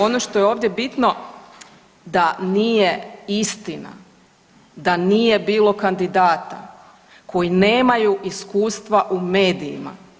Ono što je ovdje bitno da nije istina da nije bilo kandidata koji nemaju iskustva u medijima.